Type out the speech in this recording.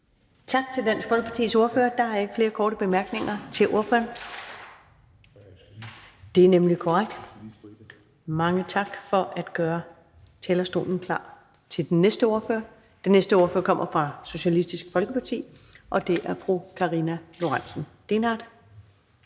Tak til Dansk Folkepartis ordfører. Der er ikke flere korte bemærkninger til ordføreren. Mange tak for at gøre talerstolen klar til den næste ordfører. Den næste ordfører kommer fra Socialistisk Folkeparti, og det er fru Karina Lorentzen Dehnhardt.